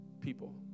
People